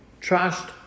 Trust